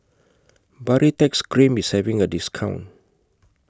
Baritex Cream IS having A discount